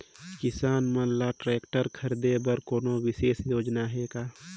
किसान मन ल ट्रैक्टर खरीदे बर कोनो विशेष योजना हे का?